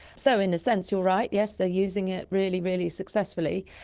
so in a sense you're right, yes, they are using it really, really successfully,